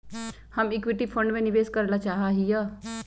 हम equity fund में निवेश करे ला चाहा हीयी